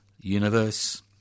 universe